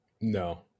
No